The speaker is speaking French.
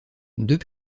deux